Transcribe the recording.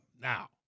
Now